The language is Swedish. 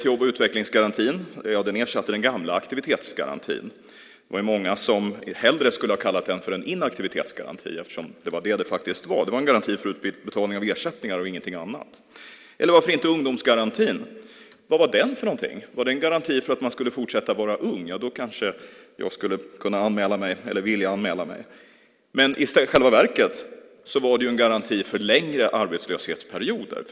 Jobb och utvecklingsgarantin ersatte den gamla aktivitetsgarantin. Det är många som hellre skulle ha kallat den inaktivitetsgarantin, eftersom det var det den faktiskt var. Det var en garanti för utbetalning av ersättningar, ingenting annat. Varför inte nämna ungdomsgarantin? Vad var den för någonting? Var det en garanti för att man skulle fortsätta att vara ung? Då kanske jag skulle vilja anmäla mig. Men i själva verket var det en garanti för längre arbetslöshetsperioder.